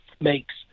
makes